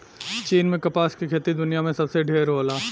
चीन में कपास के खेती दुनिया में सबसे ढेर होला